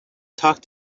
talk